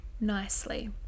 nicely